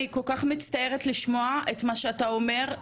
אני כל כך מצטערת לשמוע את מה שאתה אומר.